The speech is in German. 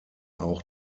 auch